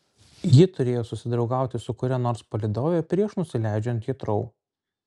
ji turėjo susidraugauti su kuria nors palydove prieš nusileidžiant hitrou